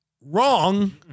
wrong